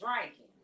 drinking